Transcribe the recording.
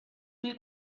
mil